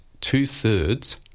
two-thirds